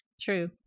True